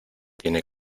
tiene